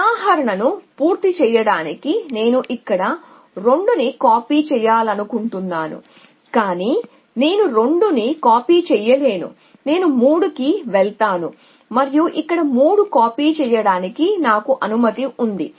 ఉదాహరణను పూర్తి చేయడానికి కాబట్టి నేను ఇక్కడ 2 ని కాపీ చేయాలనుకుంటున్నాను కాని నేను 2 ని కాపీ చేయలేను నేను 3 కి వెళ్తాను మరియు ఇక్కడ 3 కాపీ చేయడానికి నాకు అనుమతి ఉంది